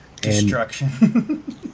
Destruction